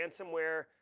ransomware